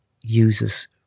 uses